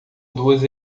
duas